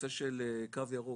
נושא של קו ירוק,